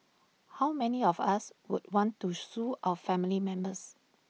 how many of us would want to sue our family members